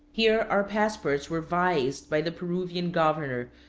here our passports were vised by the peruvian governor,